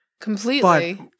Completely